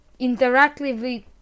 interactively